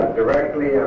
directly